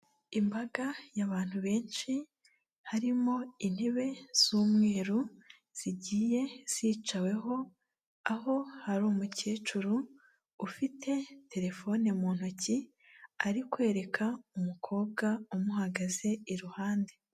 Imbaga y'abantu benshi harimo intebe z'umweru zigiye zicaweho, aho hari umukecuru ufite telefone mu ntoki ari kwereka umukobwa umuhagaze iruhande.